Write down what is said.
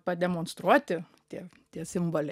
pademonstruoti tie tie simboliai